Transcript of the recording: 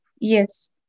Yes